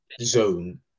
zone